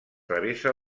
travessa